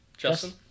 Justin